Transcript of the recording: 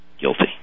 guilty